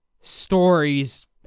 stories